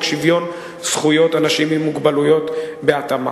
שיש לו זכויות לגיטימיות?